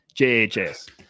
JHS